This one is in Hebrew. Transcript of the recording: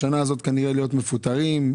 להיות מפוטרים השנה: